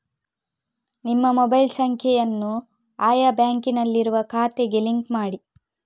ನಿಮ್ಮ ಮೊಬೈಲ್ ಸಂಖ್ಯೆಯನ್ನು ಆಯಾ ಬ್ಯಾಂಕಿನಲ್ಲಿರುವ ಖಾತೆಗೆ ಲಿಂಕ್ ಮಾಡಿ